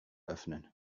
öffnen